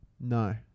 No